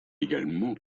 également